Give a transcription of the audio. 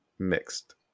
Mixed